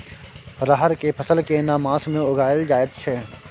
रहर के फसल केना मास में उगायल जायत छै?